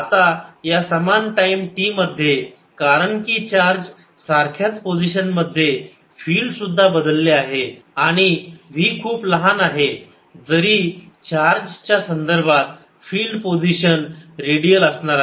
आता या समान टाईम t मध्ये कारण की चार्ज सारख्याच पोझिशन मध्ये फिल्ड सुद्धा बदलले आहे आणि v खूप लहान आहे जरी चार्ज च्या संदर्भात फिल्ड पोझिशन रेडियल असणार आहे